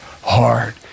hard